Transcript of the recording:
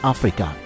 Africa